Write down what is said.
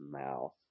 mouth